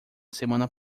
semana